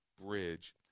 Bridge